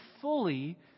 fully